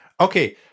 okay